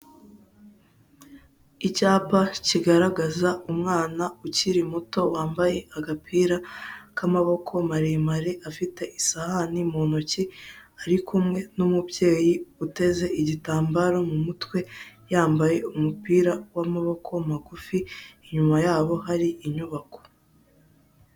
Icyapa kigaragaza umwana ukiri muto wambaye agapira k'amaboko maremare, afite isahani mu ntoki ari kumwe n'umubyeyi uteze igitambaro mu mutwe yambaye umupira w'amaboko magufi, inyuma yabo hari inyubako.